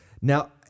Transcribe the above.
Now